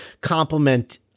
complement